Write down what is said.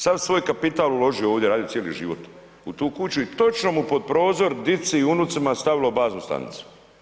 Sav svoj kapital uložio ovdje radi cijeli život u tu kući i točno mu pod prozor dici i unucima stavilo baznu stanicu.